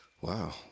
Wow